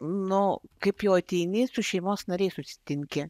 nu kaip jau ateini su šeimos nariais susitinki